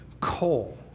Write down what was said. coal